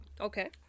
Okay